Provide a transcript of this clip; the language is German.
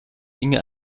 inge